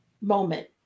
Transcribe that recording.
moment